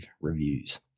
reviews